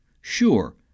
Sure